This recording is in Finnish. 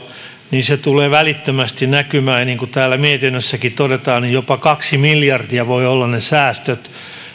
niin se tulee välittömästi näkymään ja niin kuin täällä mietinnössäkin todetaan jopa kaksi miljardia voivat olla ne säästöt